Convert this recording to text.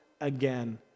again